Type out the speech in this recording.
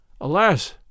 Alas